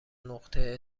نقطه